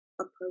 approach